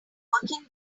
working